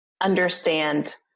understand